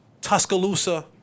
Tuscaloosa